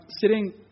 sitting